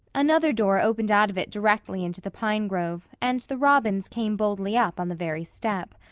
another door opened out of it directly into the pine grove and the robins came boldly up on the very step.